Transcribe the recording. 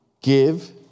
give